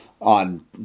on